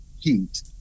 heat